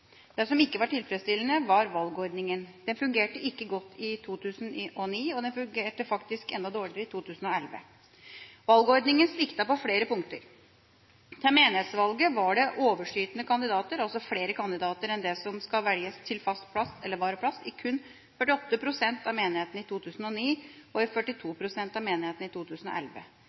Det som ikke var tilfredsstillende, var valgordningen. Den fungerte ikke godt i 2009, og den fungerte faktisk enda dårligere i 2011. Valgordningen sviktet på flere punkter: Til menighetsrådsvalget var det overskytende kandidater, altså flere kandidater enn det som skal velges til fast plass eller varaplass, i kun 48 pst. av menighetene i 2009, og i 42 pst. av menighetene i 2011.